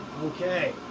okay